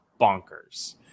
bonkers